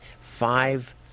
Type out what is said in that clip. five